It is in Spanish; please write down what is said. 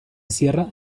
cierra